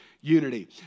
unity